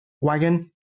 wagon